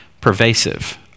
pervasive